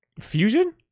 Fusion